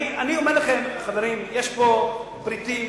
אני אומר לכם, חברים, יש פה פריטים.